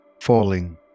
falling